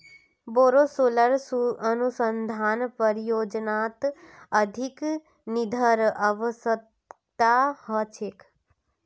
बोरो सोलर अनुसंधान परियोजनात अधिक निधिर अवश्यकता ह छेक